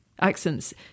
Accents